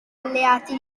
alleati